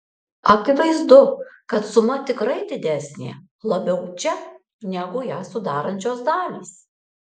akivaizdu kad suma tikrai didesnė labiau čia negu ją sudarančios dalys